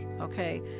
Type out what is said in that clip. okay